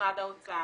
למשרד האוצר,